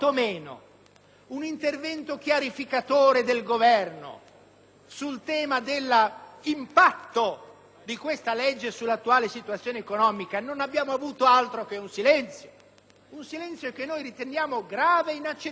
un intervento chiarificatore del Governo sull'impatto di questa legge sull'attuale situazione di grave crisi economica, non abbiamo avuto altro che un silenzio? Un silenzio che riteniamo grave e inaccettabile.